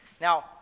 Now